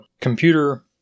computer